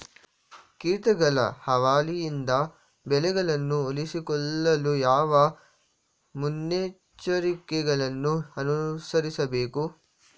ಕೀಟಗಳ ಹಾವಳಿಯಿಂದ ಬೆಳೆಗಳನ್ನು ಉಳಿಸಿಕೊಳ್ಳಲು ಯಾವ ಮುನ್ನೆಚ್ಚರಿಕೆಗಳನ್ನು ಅನುಸರಿಸಬೇಕು?